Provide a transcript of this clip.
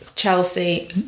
Chelsea